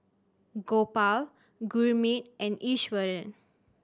Gopal Gurmeet and Iswaran